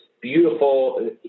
beautiful